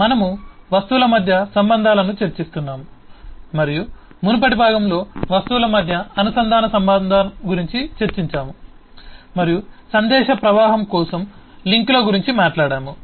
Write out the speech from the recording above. మనము వస్తువుల మధ్య సంబంధాలను చర్చిస్తున్నాము మరియు మునుపటి భాగంలో వస్తువుల మధ్య అనుసంధాన సంబంధం గురించి చర్చించాము మరియు సందేశ ప్రవాహం కోసం లింక్ల గురించి మాట్లాడాము